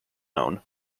own